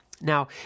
Now